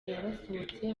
yarasohotse